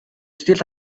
сэтгэл